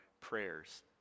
prayers